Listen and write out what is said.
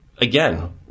Again